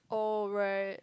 oh right